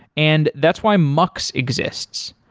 and that's why mux exists.